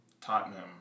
Tottenham